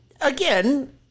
again